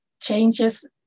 Changes